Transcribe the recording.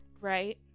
right